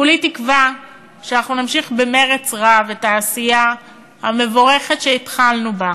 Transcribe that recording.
כולי תקווה שאנחנו נמשיך במרץ רב את העשייה המבורכת שהתחלנו בה,